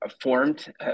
formed